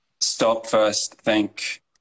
stop-first-think